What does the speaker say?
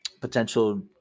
potential